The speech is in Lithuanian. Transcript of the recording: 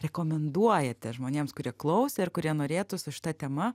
rekomenduojate žmonėms kurie klausė ir kurie norėtų su šita tema